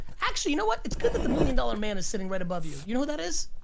actually you know what? it's good that the million dollar man is sitting right above you. you know that is?